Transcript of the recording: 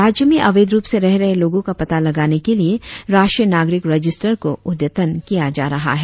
राज्य में अवैध रुप से रह रहे लोगों का पता लगाने के लिए राष्ट्रीय नागरिक रजिस्टर को अद्यतन किया जा रहा हैं